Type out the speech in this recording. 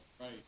Right